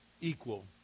equal